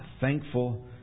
thankful